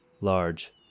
large